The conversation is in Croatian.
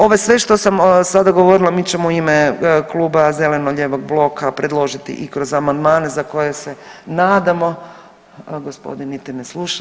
Ovo sve što sam sada govorila mi ćemo u ime kluba Zeleno-lijevog bloka predložiti i kroz amandmane za koje se nadamo, gospodin niti ne sluša.